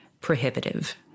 prohibitive